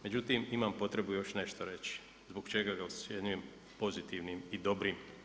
Međutim, imam potrebu još nešto reći zbog čega ga ocjenjujem pozitivnim i dobrim?